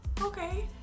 Okay